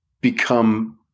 become